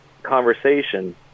conversation